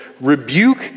rebuke